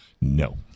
No